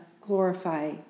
glorify